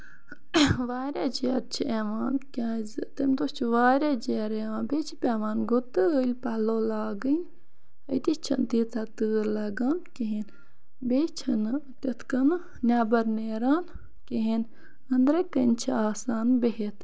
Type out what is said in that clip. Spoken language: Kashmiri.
واریاہ جیٚر چھِ یِوان کیازِ تَمہِ دۄہ چھِ واریاہ جیرٕ یِوان بیٚیہِ چھُ پیوان گُتٔلۍ پَلو لاگٔنۍ اَتی چھےٚ نہٕ تیٖژاہ تۭر لَگان کِہیٖنۍ بیٚیہِ چھےٚ نہٕ تِتھۍ کَنہِ نیبر نیران کِہیٖنۍ أندرٕ کَنہِ چھِ آسان بِہَتھ